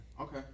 Okay